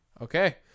Okay